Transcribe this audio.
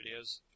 videos